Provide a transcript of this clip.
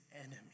enemy